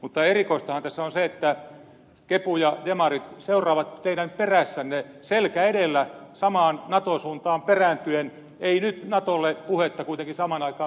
mutta erikoistahan tässä on se että kepu ja demarit seuraavat teidän perässänne selkä edellä samaan nato suuntaan perääntyen ei nyt natolle puhetta kuitenkin samaan aikaan pitäen